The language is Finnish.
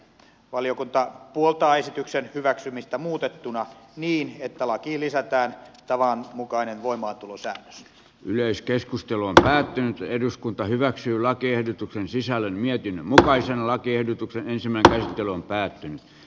valiokunta puoltaa esityksen hyväksymistä muutettuna niin että lakiin lisätään tavanmukainen voimaantulosäännös yleiskeskustelun eväät eduskunta hyväksyy lakiehdotuksen sisällön ja mutkaisen lakiehdotuksen ensimmäinen ottelu on päättynyt